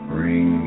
Bring